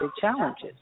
challenges